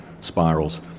spirals